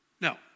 No